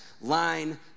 line